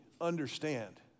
understand